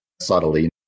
subtly